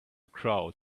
crowd